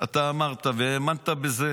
אתה אמרת והאמנת בזה,